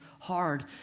hard